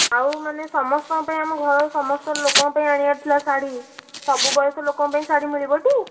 ଆଉ ମାନେ ସମସ୍ତଙ୍କ ପାଇଁ ଆମ ଘରର ସମସ୍ତ ଲୋକଙ୍କ ପାଇଁ ଆଣିବାର ଥିଲା ଶାଢ଼ୀ ସବୁ ବୟସ ଲୋକଙ୍କ ପାଇଁ ଶାଢ଼ୀ ମିଳିବଟି